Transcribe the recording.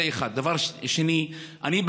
זה, 1. דבר שני, אני,